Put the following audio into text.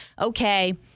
okay